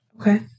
Okay